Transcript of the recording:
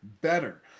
better